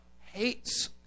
hates